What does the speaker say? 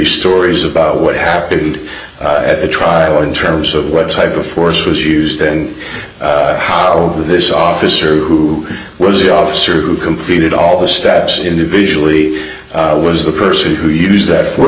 stories about what happened at the trial in terms of what type of force was used and how this officer who was the officer who completed all the steps individually was the person who used that for